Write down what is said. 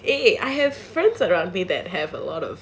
okay eh I have friends around me that have a lot of